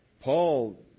Paul